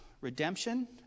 redemption